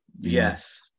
Yes